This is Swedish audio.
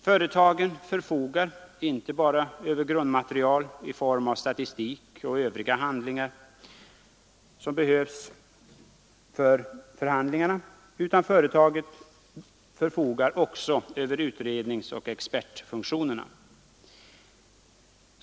Företaget förfogar inte bara över grundmaterial i form av statistik och övriga handlingar som behövs för förhandlingarna, utan också över utredningsoch expertfunktionerna.